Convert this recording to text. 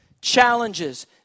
challenges